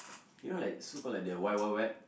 you know like so called like the Wild-Wild-Wet